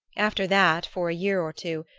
after that, for a year or two,